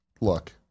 Look